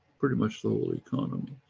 pretty much the whole economy,